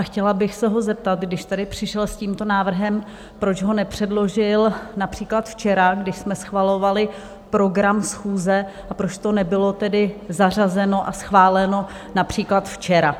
Chtěla bych se ho zeptat, když tady přišel s tímto návrhem, proč ho nepředložil například včera, když jsme schvalovali program schůze, a proč to nebylo tedy zařazeno a schváleno například včera?